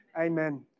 Amen